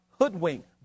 hoodwink